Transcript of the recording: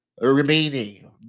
remaining